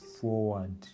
forward